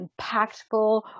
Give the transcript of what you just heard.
impactful